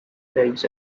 legs